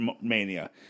Mania